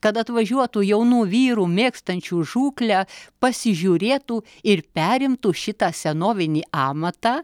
kad atvažiuotų jaunų vyrų mėgstančių žūklę pasižiūrėtų ir perimtų šitą senovinį amatą